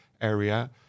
area